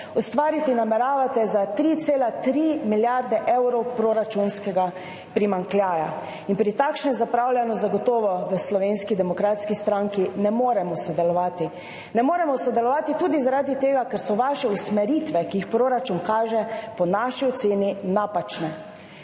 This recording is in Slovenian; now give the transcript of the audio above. Ustvariti nameravate za 3,3 milijarde evrov proračunskega primanjkljaja. Pri takšnem zapravljanju zagotovo v Slovenski demokratski stranki ne moremo sodelovati. Ne moremo sodelovati tudi zaradi tega, ker so vaše usmeritve, ki jih proračun kaže, po naši oceni napačne.